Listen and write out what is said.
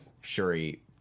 Shuri